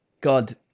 God